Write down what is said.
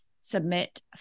submit